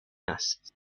است